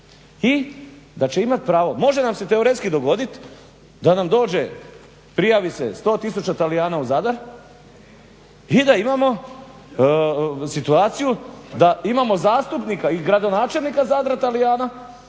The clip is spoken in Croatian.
i da će imat pravo. Može nam se teoretski dogodit da nam dođe prijavi se 100 tisuća Talijana u Zadar i da imamo situaciju da imamo zastupnika i gradonačelnika Zadra Talijana,